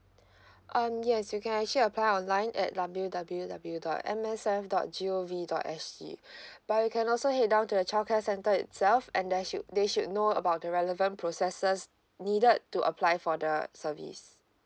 um yes you can actually apply online at W W W dot M S F dot G O V dot S G but you can also head down to the childcare center itself and they should they should know about the relevant processes needed to apply for the service